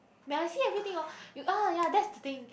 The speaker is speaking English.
when I see everything hor ah ya that's the thing